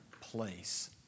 place